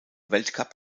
weltcup